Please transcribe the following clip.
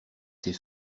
ses